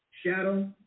shadow